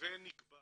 ונקבע